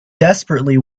desperately